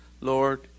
Lord